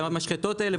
המשחטות האלה,